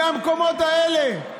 מהמקומות האלה,